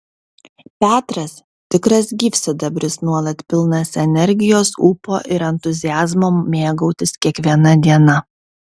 petras tikras gyvsidabris nuolat pilnas energijos ūpo ir entuziazmo mėgautis kiekviena diena